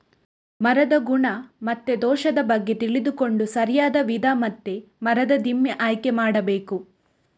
ಮರದ ಗುಣ ಮತ್ತೆ ದೋಷದ ಬಗ್ಗೆ ತಿಳ್ಕೊಂಡು ಸರಿಯಾದ ವಿಧ ಮತ್ತೆ ಮರದ ದಿಮ್ಮಿ ಆಯ್ಕೆ ಮಾಡಬೇಕು